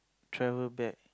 travel back